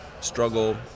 struggle